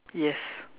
yes